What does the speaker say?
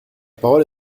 parole